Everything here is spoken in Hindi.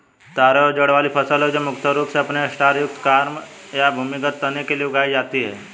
तारो एक जड़ वाली फसल है जो मुख्य रूप से अपने स्टार्च युक्त कॉर्म या भूमिगत तने के लिए उगाई जाती है